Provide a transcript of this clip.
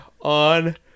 on